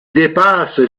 dépasse